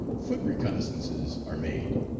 foot reconnoissances are made.